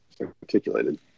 Articulated